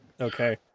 Okay